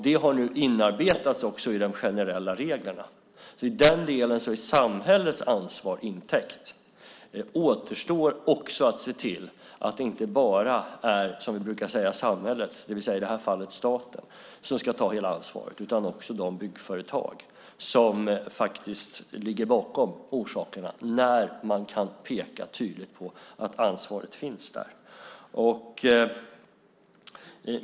Det har nu inarbetats i de generella reglerna. Samhällets ansvar täcks in av den delen. Det återstår att se till att det inte bara är samhället, det vill säga staten i det här fallet, som ska ta hela ansvaret. Det ska också byggföretagen som ligger bakom orsakerna göra när man kan tydligt kan peka på att ansvaret finns där.